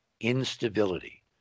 instability